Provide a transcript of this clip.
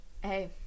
Hey